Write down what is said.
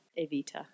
Evita